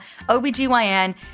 OBGYN